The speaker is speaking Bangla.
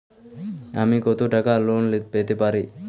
আমি কত টাকা লোন পেতে পারি?